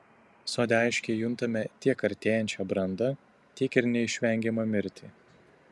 sode aiškiai juntame tiek artėjančią brandą tiek ir neišvengiamą mirtį